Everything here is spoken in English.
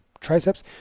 triceps